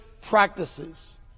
practices